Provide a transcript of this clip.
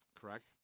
Correct